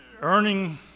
earning